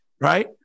Right